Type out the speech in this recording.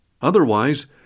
Otherwise